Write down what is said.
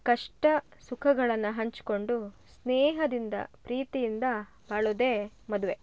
ಕಷ್ಟ ಸುಖಗಳನ್ನ ಹಂಚ್ಕೊಂಡು ಸ್ನೇಹದಿಂದ ಪ್ರೀತಿಯಿಂದ ಬಾಳುವುದೇ ಮದುವೆ